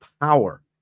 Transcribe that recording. Power